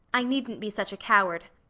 i needn't be such a coward.